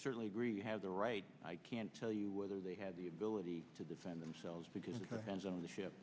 certainly agree have the right i can't tell you whether they had the ability to defend themselves because of the hands on the ship